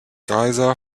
giza